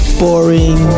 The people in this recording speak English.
boring